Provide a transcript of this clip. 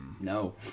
no